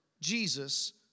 Jesus